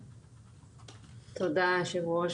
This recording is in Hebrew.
תודה, היושב-ראש.